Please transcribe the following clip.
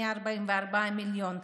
144 מיליון,